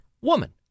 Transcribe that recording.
woman